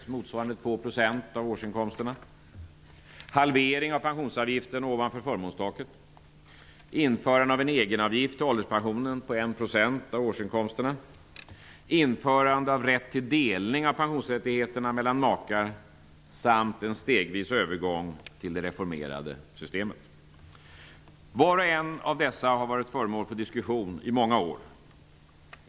Var och en av dessa punkter har varit föremål för diskussion i många år.